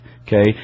okay